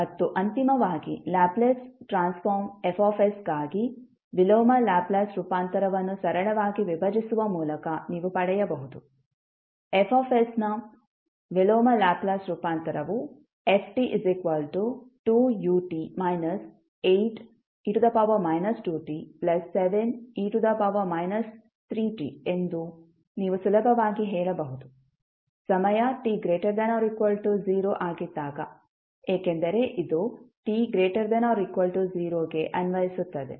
ಮತ್ತು ಅಂತಿಮವಾಗಿ Laplace transform Fsಗಾಗಿ ವಿಲೋಮ ಲ್ಯಾಪ್ಲೇಸ್ ರೂಪಾಂತರವನ್ನು ಸರಳವಾಗಿ ವಿಭಜಿಸುವ ಮೂಲಕ ನೀವು ಪಡೆಯಬಹುದು Fs ನ ವಿಲೋಮ ಲ್ಯಾಪ್ಲೇಸ್ ರೂಪಾಂತರವು ft2ut 8e 2t7e 3t ಎಂದು ನೀವು ಸುಲಭವಾಗಿ ಹೇಳಬಹುದು ಸಮಯ t≥0 ಆಗಿದ್ದಾಗ ಏಕೆಂದರೆ ಇದು t≥0 ಗೆ ಅನ್ವಯಿಸುತ್ತದೆ